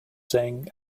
saying